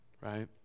right